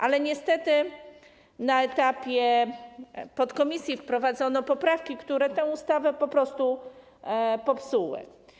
Ale niestety na etapie podkomisji wprowadzono poprawki, które tę ustawę po prostu popsuły.